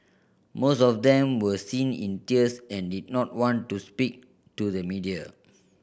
most of them were seen in tears and did not want to speak to the media